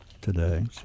today